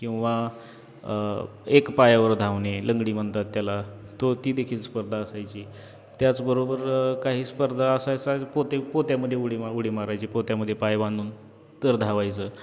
किंवा एका पायावर धावणे लंगडी म्हणतात त्याला तो तीदेखील स्पर्धा असायची त्याचबरोबर काही स्पर्धा असायच्या पोते पोत्यामध्ये उडी उडी मारायची पोत्यामध्ये पाय बांधून तर धावायचं